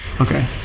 Okay